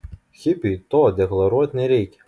hipiui to deklaruot nereikia